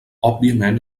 òbviament